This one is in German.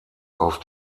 auf